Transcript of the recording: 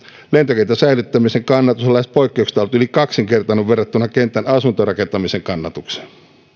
lentokentän säilyttämisen kannatus on lähes poikkeuksetta ollut yli kaksinkertainen verrattuna kentän asuntorakentamisen kannatukseen